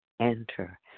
enter